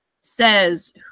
says